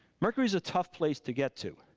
mercury's a tough place to get to,